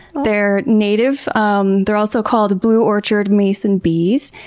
they're native. um they're also called blue orchard mason bees.